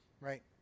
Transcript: Right